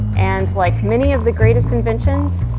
and like many of the greatest inventions,